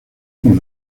con